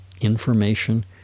information